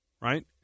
right